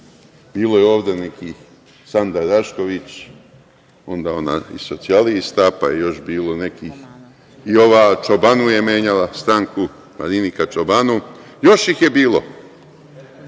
bila je ovde Sanda Rašković Ivić, onda ona iz socijalista, pa je još bilo nekih, i ova čobanova je menjala stranku, Marinika čobanov, još ih je bilo,